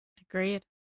Agreed